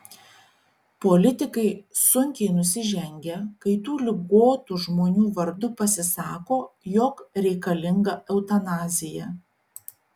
politikai sunkiai nusižengia kai tų ligotų žmonių vardu pasisako jog reikalinga eutanazija